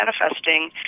manifesting